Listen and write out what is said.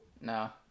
No